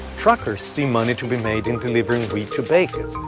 truckers see money to be made in delivering wheat to bakers,